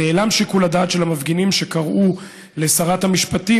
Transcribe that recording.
נעלם שיקול הדעת של המפגינים שקראו לשרת המשפטים